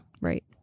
right